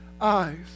Eyes